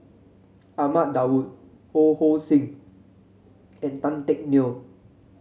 Ahmad Daud Ho Hong Sing and Tan Teck Neo